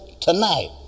tonight